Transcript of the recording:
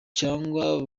cyangwa